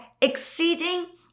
exceeding